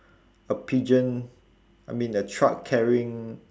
a pigeon I mean a truck carrying